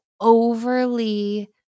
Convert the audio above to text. overly